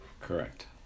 Correct